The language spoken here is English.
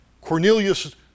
Cornelius